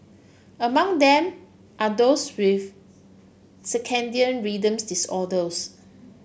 among them are those with circadian rhythm disorders